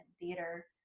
theater